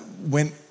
went